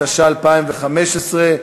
התשע"ה 2015,